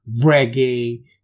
reggae